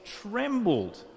trembled